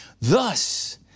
Thus